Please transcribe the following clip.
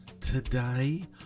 Today